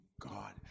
God